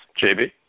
JB